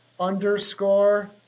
underscore